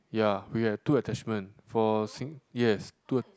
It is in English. ya we had two attachment for sing yes two